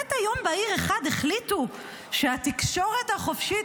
לפתע יום בהיר אחד החליטו שהתקשורת החופשית